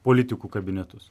politikų kabinetus